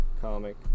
comic